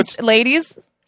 ladies